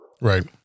Right